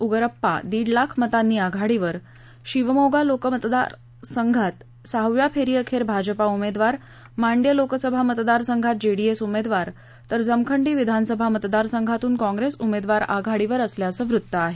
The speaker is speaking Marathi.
उगरप्पा दीड लाख मतांनी आघाडीवर शिवमोगा लोकसभा मतदारसंघात सहाव्या फेरीअखेर भाजपा उमेदवार मांड्य लोकसभा मतदारसंघात जेडीएस उमेदवार तर जमखंडी विधानसभा मतदारसंघातून काँग्रेस उमेदवार आघाडीवर असल्याचं वृत्त आहे